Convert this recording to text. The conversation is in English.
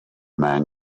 man